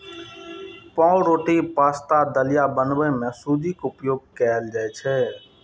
पावरोटी, पाश्ता, दलिया बनबै मे सूजी के उपयोग कैल जाइ छै